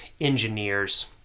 engineers